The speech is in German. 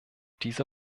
diese